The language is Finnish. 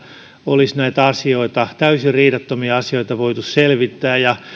olisi näitä täysin riidattomia asioita voitu selvittää